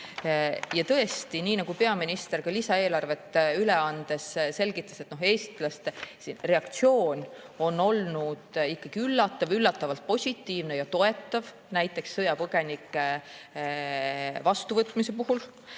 Ja tõesti, nii nagu peaminister lisaeelarvet üle andes selgitas, on eestlaste reaktsioon olnud ikkagi üllatav, üllatavalt positiivne ja toetav, näiteks sõjapõgenike vastuvõtmisel.